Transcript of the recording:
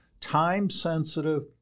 time-sensitive